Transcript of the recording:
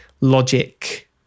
logic